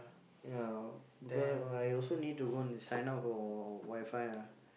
ya because I also need to go and sign up for WiFi ah